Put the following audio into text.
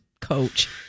coach